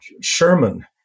Sherman